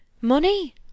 money